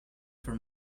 for